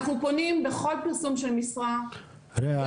אנחנו פונים בכל פרסום של משרה --- אני